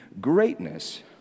greatness